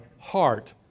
heart